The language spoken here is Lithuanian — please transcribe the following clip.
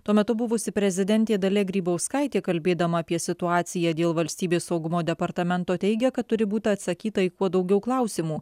tuo metu buvusi prezidentė dalia grybauskaitė kalbėdama apie situaciją dėl valstybės saugumo departamento teigia kad turi būti atsakyta į kuo daugiau klausimų